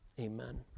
Amen